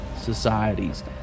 societies